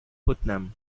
putnam